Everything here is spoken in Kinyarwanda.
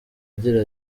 agira